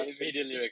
immediately